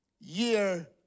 year